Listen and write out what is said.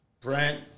Brent